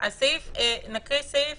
נקרא סעיף,